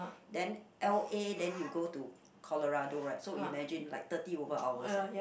then L_A then you go to Colorado right so imagine like thirty over hours leh